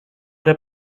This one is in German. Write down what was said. der